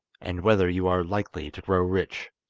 and whether you are likely to grow rich